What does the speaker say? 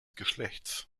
geschlechts